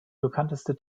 bekannteste